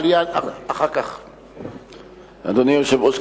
אדוני היושב-ראש,